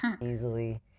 easily